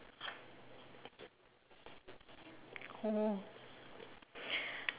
oh